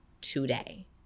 today